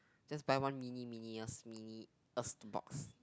just buy one mini mini or mini box